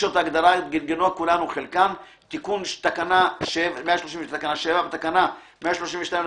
תיקון תקנה 122ב 5. בתקנה 122ב